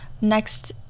Next